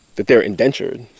that they're indentured,